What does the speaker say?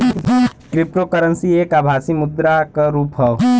cryptocurrency एक आभासी मुद्रा क रुप हौ